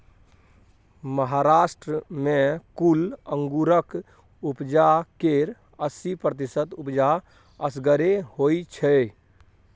महाराष्ट्र मे कुल अंगुरक उपजा केर अस्सी प्रतिशत उपजा असगरे होइ छै